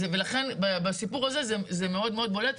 ולכן בסיפור הזה, זה מאוד בולט.